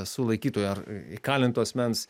sulaikytojo ar įkalinto asmens